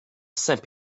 saint